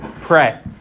pray